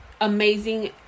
amazing